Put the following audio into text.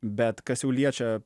bet kas jau liečia